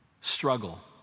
struggle